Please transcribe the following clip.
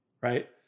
right